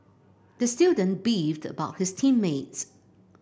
the student beefed about his team mates